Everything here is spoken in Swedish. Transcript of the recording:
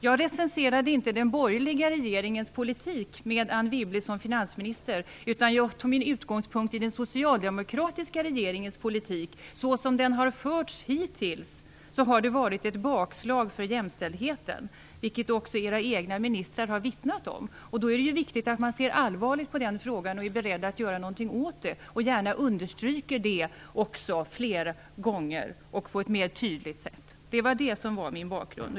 Jag recenserade inte den borgerliga regeringens politik med Anne Wibble som finansminister, utan jag tog min utgångspunkt i den socialdemokratiska regeringens politik. Såsom den har förts hittills har det inneburit ett bakslag för jämställdheten, vilket också era egna ministrar har vittnat om. Då är det ju viktigt att man ser allvarligt på frågan, är beredd att göra någonting åt den och gärna också understryker den fler gånger och på ett mer tydligt sätt. Det var detta som var min bakgrund.